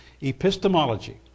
Epistemology